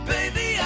Baby